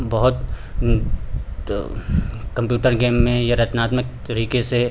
बहुत computer game में या रचनात्मक तरीके से